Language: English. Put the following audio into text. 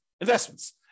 investments